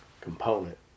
component